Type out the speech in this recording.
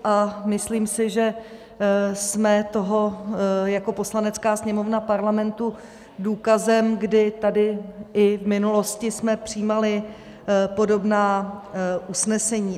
A myslím si, že jsme toho jako Poslanecká sněmovna Parlamentu důkazem, kdy tady i v minulosti jsme přijímali podobná usnesení.